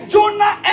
Jonah